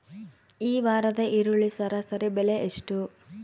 ಈ ವಾರದ ಈರುಳ್ಳಿ ಸರಾಸರಿ ಬೆಲೆ ಎಷ್ಟು?